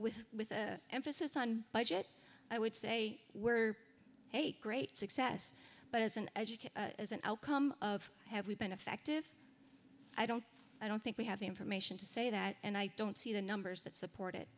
with with a emphasis on budget i would say we're a great success but as an educator as an outcome of have we been effective i don't i don't think we have the information to say that and i don't see the numbers that support it